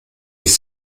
die